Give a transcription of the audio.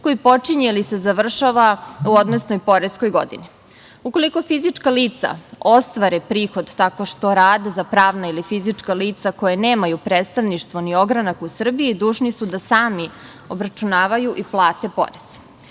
koji počinje ili se završava u odnosnoj poreskoj godini. Ukoliko fizička lica ostvare prihod, tako što rade za pravna ili fizička lica koja nemaju predstavništvo, ni ogranak u Srbiji, dužni su da sami obračunavaju i plate porez. Cilj